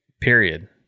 period